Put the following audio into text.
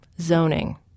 zoning